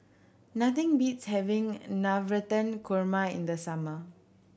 nothing beats having Navratan Korma in the summer